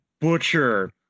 butcher